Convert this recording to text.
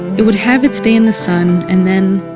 it would have its day in the sun, and then,